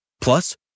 Plus